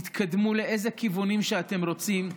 תתקדמו לאילו כיוונים שאתם רוצים,